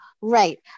right